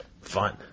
fun